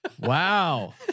Wow